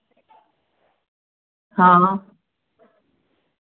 हां